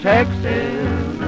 Texas